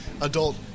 adult